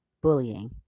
bullying